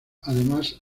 además